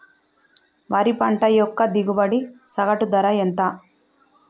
వరి పంట యొక్క దిగుబడి సగటు ధర ఎంత?